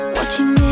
Watching